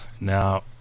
Now